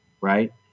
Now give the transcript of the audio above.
right